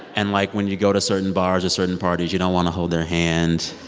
and, like, when you go to certain bars or certain parties, you don't want to hold their hand